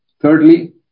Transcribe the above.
thirdly